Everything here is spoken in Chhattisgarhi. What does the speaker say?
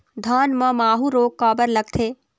धान म माहू रोग काबर लगथे?